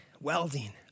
Welding